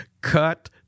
Cut